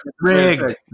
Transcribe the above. rigged